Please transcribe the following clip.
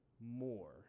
more